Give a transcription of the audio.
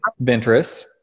Ventress